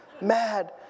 mad